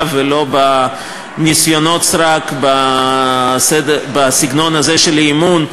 ולא בניסיונות סרק בסגנון הזה של אי-אמון.